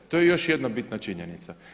To je još jedna bitna činjenica.